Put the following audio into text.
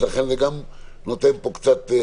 לכן זה עושה פה בעייתיות.